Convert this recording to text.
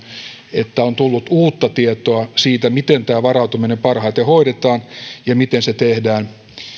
että on tullut uutta tietoa siitä miten varautuminen parhaiten hoidetaan ja miten se tehdään